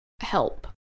help